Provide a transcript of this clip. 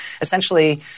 essentially